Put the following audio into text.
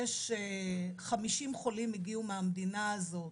50 חולים הגיעו מהמדינה הזאת